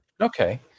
Okay